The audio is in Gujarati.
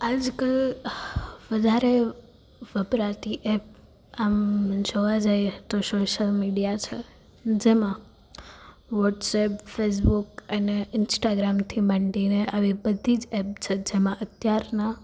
આજકલ વધારે વપરાતી એપ આમ જોવા જઇએ તો સોસ્યલ મીડિયા છે જેમાં વૉટ્સઅપ ફેસબુક અને ઇન્સ્ટાગ્રામથી માંડીને આવી બધી જ એપ છે જેમાં અત્યારના